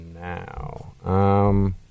now